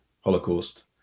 holocaust